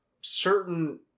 certain